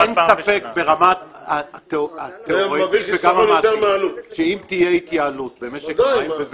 אין ספק ברמה התיאורטית וגם המעשית כי אם תהיה התייעלות במשק המים,